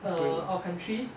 err our country